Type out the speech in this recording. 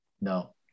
No